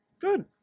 Good